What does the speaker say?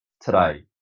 today